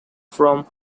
from